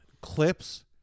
clips